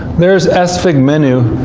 there's esphigmenou.